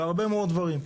בהרבה מאוד דברים.